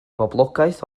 boblogaeth